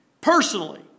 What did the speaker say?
personally